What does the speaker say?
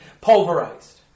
Pulverized